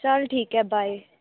ਚਲ ਠੀਕ ਹੈ ਬਾਏ